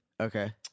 Okay